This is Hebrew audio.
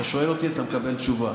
אתה שואל אותי, אתה מקבל תשובה.